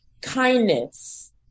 Kindness